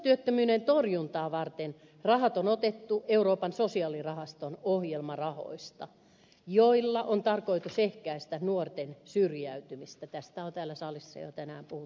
nuorisotyöttömyyden torjuntaa varten rahat on otettu euroopan sosiaalirahaston ohjelmarahoista joilla on tarkoitus ehkäistä nuorten syrjäytymistä tästä on täällä salissa tänään jo puhuttu paljonkin